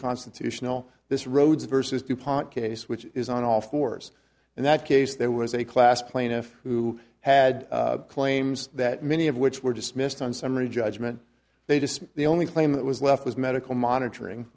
constitutional this roads versus dupont case which is on all fours and that case there was a class plaintiff who had claims that many of which were dismissed on summary judgment they just the only claim that was left was medical monitoring